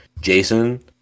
jason